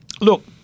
Look